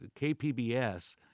KPBS